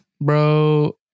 bro